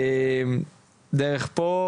מעל ארבעים אם אני לא טועה,